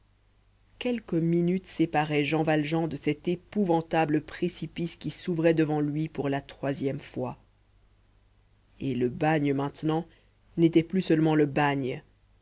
quelques minutes séparaient jean valjean de cet épouvantable précipice qui s'ouvrait devant lui pour la troisième fois et le bagne maintenant n'était plus seulement le bagne